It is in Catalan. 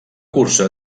cursa